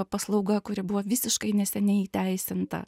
paslauga kuri buvo visiškai neseniai įteisinta